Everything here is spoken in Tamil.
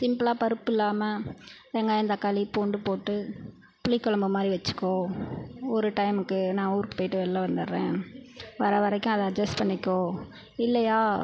சிம்பிளாக பருப்பில்லாம வெங்காயம் தக்காளி பூண்டு போட்டு புளிக்கொழம்பு மாதிரி வெச்சிக்கோ ஒரு டைமுக்கு நான் ஊருக்கு போய்விட்டு வெளில வந்துடுறேன் வர வரைக்கும் அதை அட்ஜஸ்ட் பண்ணிக்கோ இல்லையா